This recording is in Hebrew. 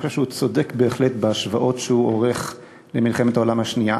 אני חושב שהוא צודק בהחלט בהשוואות שהוא עורך למלחמת העולם השנייה.